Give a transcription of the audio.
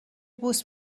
بوس